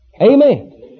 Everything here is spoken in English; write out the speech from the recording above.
Amen